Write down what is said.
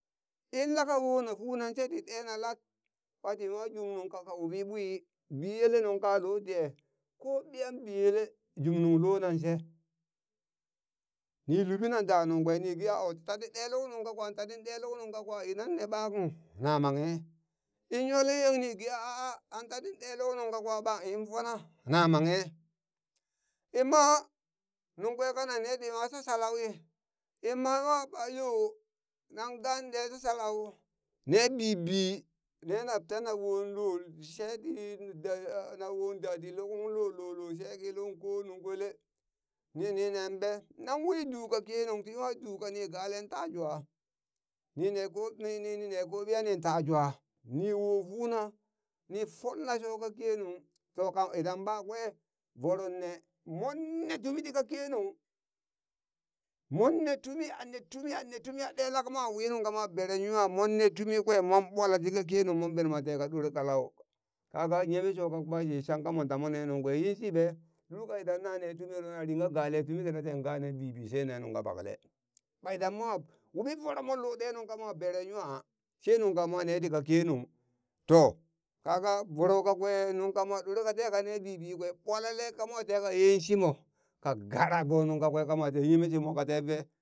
In laka wona funan she ti ɗena lat ɓati nwa jumnung ka wuɓi ɓwi biyele nungka lode ko ɓiyan biyele jumnung lo nan she ni luɓi nan da nungkew ni ge a tati ɗe luk nuŋ kakwa ta ti ɗe luk nung kakwa idan ne ɓakung na manghe, in yole yeng ni ge a a'an tatin ɗe luk nuŋ kakwa ɓang in fona na manghe in ma nungkwe kananne tiwa shasha lauwi inma wa ɓwayo nan gaan ne shasha lau ne bibi ne nata na wolo sheti nawo dadit luhung lo lo sheki luhung ko nuŋ kwele ni nenanɓe nan wi du ka kenung tiwa du kani galen tajwa nine ko niii ne ko ɓiyaning ta jwa ni wo funa ni folna sho ka kenung toka idan ɓakwe voronne mmon netumi tika kenung mmon ne tumi a ne tumi a ne tumi mon ɗe lat kamo wi nung kamo beren nwa mon ne tumi kwe mon ɓwala tika kenung, mon benmwa te ka ɗor kalau kaga yeme sho ka kwa she shangha mon tamon ne nungkwe yinshiɓe? lul ka idan na ne tumiyo na ringa gale tumi kina ten ga ne bibi she nungka ɓakle, ɓa idan mo wuɓi voro mon lo ɗe nung kamo bere nwa she nungka mo ne tika kenung to kaga voro kakwe nungka mo ɗore kane bibi kwe ɓwalale kamo teha yen shimo ka gara go nungwakwe kamo teha yeme shimo ka te vee